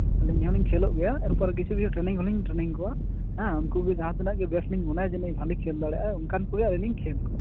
ᱟᱞᱤᱧ ᱦᱚᱸᱞᱤᱧ ᱠᱷᱮᱞᱳᱜ ᱜᱮᱭᱟ ᱟᱨ ᱠᱤᱪᱷᱩ ᱠᱤᱪᱷᱩ ᱴᱨᱮᱱᱤᱝ ᱦᱚᱸᱞᱤᱧ ᱴᱨᱮᱱᱤᱝ ᱠᱚᱣᱟ ᱦᱮᱸ ᱩᱱᱠᱩ ᱜᱮ ᱡᱟᱦᱟᱸᱛᱤᱱᱟᱹᱜ ᱞᱤᱧ ᱢᱚᱱᱮᱭᱟ ᱡᱟᱱᱤᱡ ᱵᱷᱟᱞᱤᱭ ᱠᱷᱮᱞ ᱫᱟᱲᱮᱭᱟᱜᱼᱟ ᱚᱱᱨᱠᱟᱱ ᱠᱚᱜᱮ ᱟᱞᱤᱧ ᱞᱤᱧ ᱠᱷᱮᱞ ᱠᱚᱣᱟ